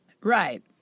Right